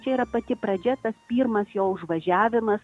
čia yra pati pradžia tad pirmas jo užvažiavimas